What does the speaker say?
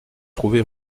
trouver